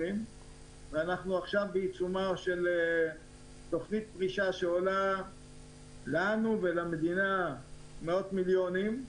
אנחנו עכשיו בעיצומה של תוכנית פרישה שעולה לנו ולמדינה מאות מיליונים,